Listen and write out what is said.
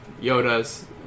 Yoda's